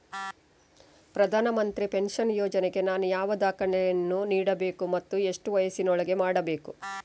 ಪ್ರಧಾನ ಮಂತ್ರಿ ಪೆನ್ಷನ್ ಯೋಜನೆಗೆ ನಾನು ಯಾವ ದಾಖಲೆಯನ್ನು ನೀಡಬೇಕು ಮತ್ತು ಎಷ್ಟು ವಯಸ್ಸಿನೊಳಗೆ ಮಾಡಬೇಕು?